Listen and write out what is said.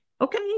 Okay